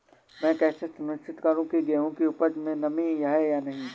मैं कैसे सुनिश्चित करूँ की गेहूँ की उपज में नमी है या नहीं?